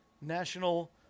National